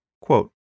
Quote